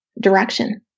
direction